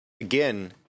again